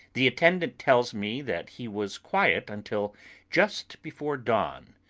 the attendant tells me that he was quiet until just before dawn,